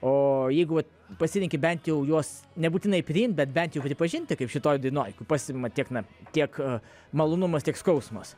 o jeigu vat pasirenki bent jau juos nebūtinai priimti bet bent jau pripažinti kaip šitoj dainoj kur pastebima tiek na tiek malonumas tiek skausmas